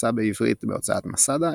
יצא בעברית בהוצאת מסדה,